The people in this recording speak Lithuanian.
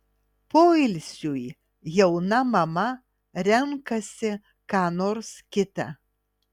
poilsiui jauna mama renkasi ką nors kita